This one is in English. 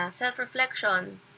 self-reflections